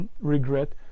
regret